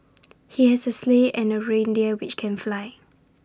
he has A sleigh and reindeer which can fly